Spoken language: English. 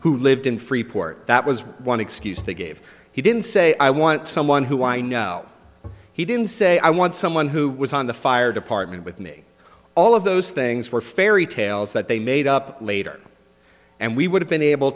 who lived in freeport that was one excuse they gave he didn't say i want someone who i know he didn't say i want someone who was on the fire department with me all of those things were fairytales that they made up later and we would have been able